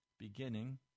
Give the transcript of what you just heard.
Beginning